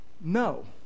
no